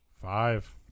five